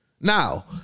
Now